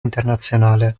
internazionale